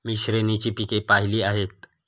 मी श्रेणीची पिके पाहिली आहेत